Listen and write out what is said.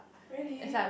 really